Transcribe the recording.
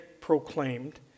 proclaimed